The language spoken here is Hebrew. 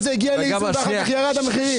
זה הגיע לאיזון, ואחר כך ירדו המחירים.